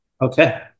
Okay